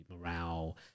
morale